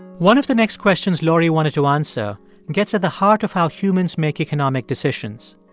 one of the next questions laurie wanted to answer gets at the heart of how humans make economic decisions.